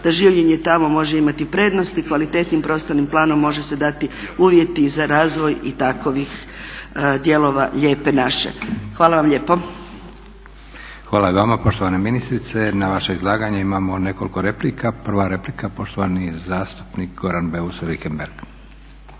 da življenje tamo može imati prednost i kvalitetnim prostornim planom može se dati uvjeti za razvoj i takovih dijelova Lijepe naše. Hvala vam lijepo. **Leko, Josip (SDP)** Hvala i vama poštovana ministrice. Na vaše izlaganje imamo nekoliko replika. Prva replika poštovani zastupnik Goran Beus Richembergh.